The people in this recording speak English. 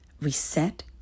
reset